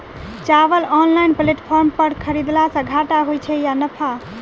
चावल online platform पर खरीदलासे घाटा होइ छै या नफा?